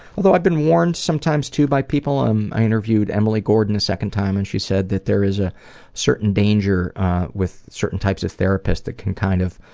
although i've been warned sometimes too by people. um i interviewed emily gordon a second time and she said that there is a certain danger with certain types of therapist that can kind of